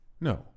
No